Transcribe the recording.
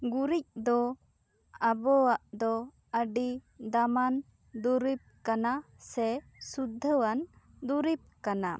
ᱜᱩᱨᱤᱡ ᱫᱚ ᱟᱵᱚᱣᱟᱜ ᱫᱚ ᱟᱹᱰᱤ ᱫᱟᱢᱟᱱ ᱫᱩᱨᱤᱵᱽ ᱠᱟᱱᱟ ᱥᱮ ᱥᱩᱫᱷᱚᱣᱟᱱ ᱫᱩᱨᱤᱵᱽ ᱠᱟᱱᱟ